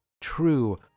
true